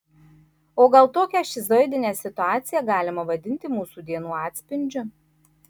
o gal tokią šizoidinę situaciją galima vadinti mūsų dienų atspindžiu